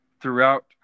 throughout